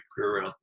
career